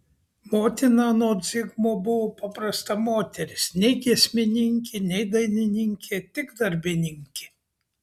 motina anot zigmo buvo paprasta moteris nei giesmininkė nei dainininkė tik darbininkė